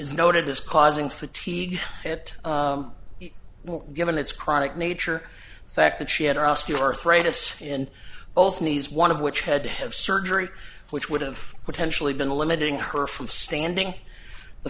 noted as causing fatigue it or given its chronic nature the fact that she had her osteoarthritis in both knees one of which had to have surgery which would have potentially been the limiting her from standing the